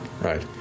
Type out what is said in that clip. Right